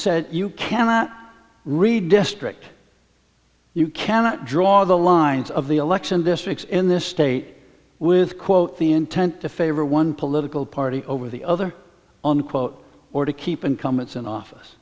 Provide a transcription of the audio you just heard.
said you cannot read district you cannot draw the lines of the election districts in this state with quote the intent to favor one political party over the other unquote or to keep incumbents in office